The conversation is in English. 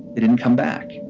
they didn't come back